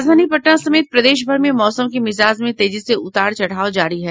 राजधानी पटना समेत प्रदेशभर में मौसम के मिजाज में तेजी से उतार चढ़ाव जारी है